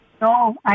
No